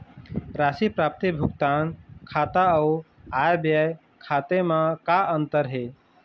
राशि प्राप्ति भुगतान खाता अऊ आय व्यय खाते म का अंतर हे?